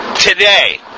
today